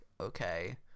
Okay